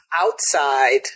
outside